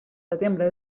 setembre